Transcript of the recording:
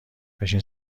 بشین